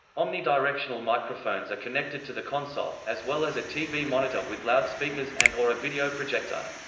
omnidirectional microphones are connected to the console, as well as a tv monitor with loudspeakers and or a video projector.